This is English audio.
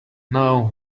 now